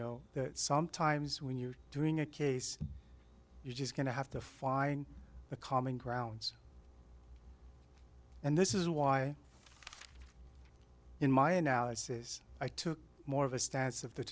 know that sometimes when you're doing a case you're just going to have to find the common grounds and this is why in my analysis i took more of a stance of the